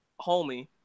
homie